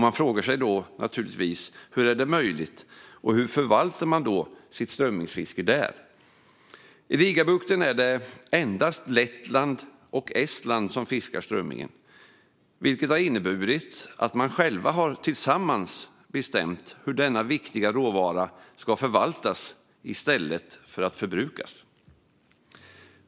Man frågar sig naturligtvis hur det är möjligt och hur de förvaltar sitt strömmingsfiske där. I Rigabukten är det endast Lettland och Estland som fiskar strömmingen, vilket har inneburit att länderna själva tillsammans har bestämt hur denna viktiga råvara ska förvaltas i stället för att förbrukas.